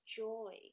joy